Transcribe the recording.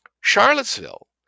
Charlottesville